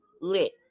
lit